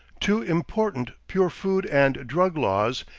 two important pure food and drug laws,